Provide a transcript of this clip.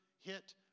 hit